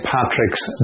Patrick's